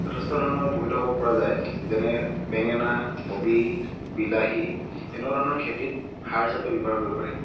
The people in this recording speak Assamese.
যথেষ্ট ধৰণৰ উপকৃত হ'ব পৰা যায় যেনে বেঙেনা কবি বিলাহী এনেকুৱা ধৰণৰ খেতিত সাৰ হিচাপে ব্যৱহাৰ কৰিব পাৰি